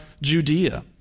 Judea